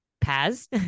Paz